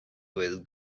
with